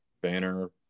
banner